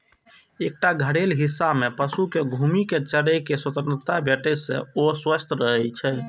एकटा घेरल हिस्सा मे पशु कें घूमि कें चरै के स्वतंत्रता भेटै से ओ स्वस्थ रहै छै